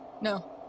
No